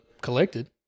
collected